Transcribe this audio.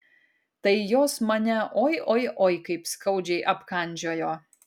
tai jos mane oi oi oi kaip skaudžiai apkandžiojo